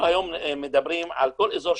אנחנו היום מדברים על כל אזור,